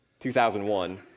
2001